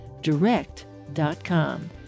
direct.com